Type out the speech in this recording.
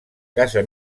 casa